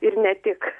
ir ne tik